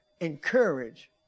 encourage